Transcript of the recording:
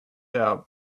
out